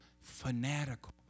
fanatical